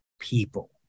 people